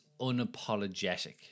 unapologetic